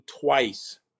twice